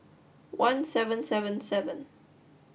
one seven seven seven